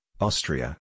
Austria